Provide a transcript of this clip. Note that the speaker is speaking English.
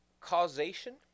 causation